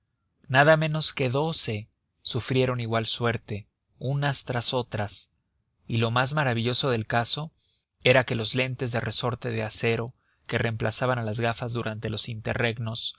nada menos que doce sufrieron igual suerte unas tras otras y lo más maravilloso del caso era que los lentes de resorte de acero que reemplazaban a las gafas durante los